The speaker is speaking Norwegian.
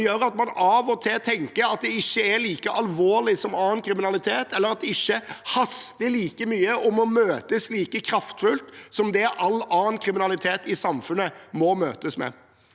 som gjør at man av og til tenker det ikke er like alvorlig som annen kriminalitet, eller at det ikke haster like mye eller må møtes like kraftfullt som all annen kriminalitet i samfunnet. Jeg er